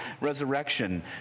resurrection